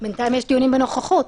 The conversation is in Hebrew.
בינתיים יש דיונים בנוכחות.